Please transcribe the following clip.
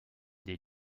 des